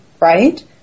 right